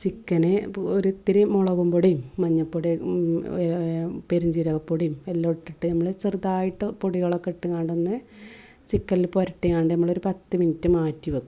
ചിക്കന് ഒരിത്തിരി മുളകു പൊടിയും മഞ്ഞൾപ്പൊടിയും പെരിഞ്ചീരകപ്പൊടിയും എല്ലം ഇട്ടിട്ട് നമ്മൾ ചെറുതായിട്ട് പൊടികളൊക്കെ ഇട്ടു നടന്ന് ചിക്കനിൽ പുരട്ടി ഏണ്ട് നമ്മളൊരു പത്തു മിനിറ്റ് മാറ്റി വെക്കും